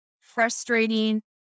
frustrating